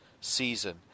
season